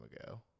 ago